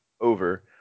over